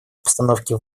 обстановки